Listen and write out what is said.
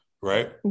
Right